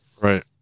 Right